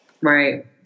right